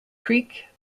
creek